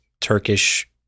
Turkish